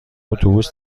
اتوبوس